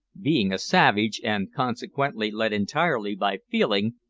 being a savage and, consequently, led entirely by feeling,